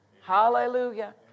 Hallelujah